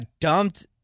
dumped